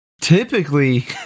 Typically